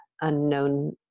unknown